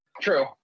True